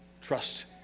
Trust